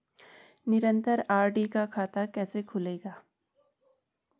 निरन्तर आर.डी का खाता कैसे खुलेगा?